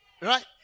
Right